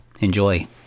Enjoy